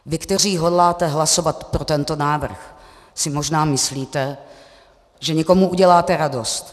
Vy, kteří hodláte hlasovat pro tento návrh, si možná myslíte, že někomu uděláte radost.